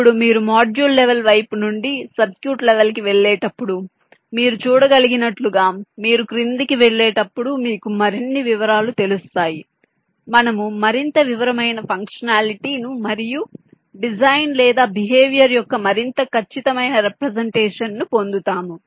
ఇప్పుడు మీరు module level వైపు నుండి సర్క్యూట్ లెవెల్ కి వెళ్ళేటప్పుడు మీరు చూడగలిగినట్లుగా మీరు క్రిందికి వెళ్ళేటప్పుడు మీకు మరిన్ని వివరాల తెలుస్తాయి మనము మరింత వివరమైన ఫంక్షనాలిటీ ను మరియు డిజైన్ లేదా బిహేవియర్ యొక్క మరింత ఖచ్చితమైన రెప్రెసెంటేషన్ ను పొందుతాము